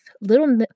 little